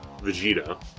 Vegeta